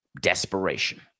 Desperation